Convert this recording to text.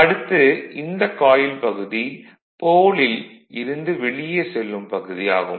அடுத்து இந்த காயில் பகுதி போல் ல் இருந்து வெளியே செல்லும் பகுதி ஆகும்